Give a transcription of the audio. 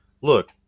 look